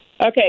Okay